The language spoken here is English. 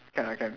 can lah can